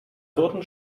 wurden